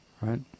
right